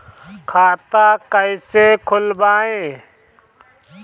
खाता कईसे खोलबाइ?